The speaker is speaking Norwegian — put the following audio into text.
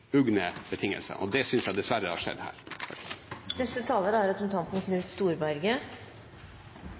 ugne betingelser i Stortinget, og det synes jeg dessverre har skjedd her. Det er